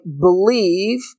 believe